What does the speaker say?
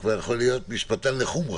נבחן את הסיפור --- מה עמדת המשטרה